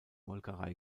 molkerei